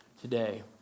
today